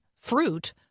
fruit